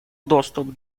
доступ